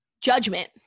judgment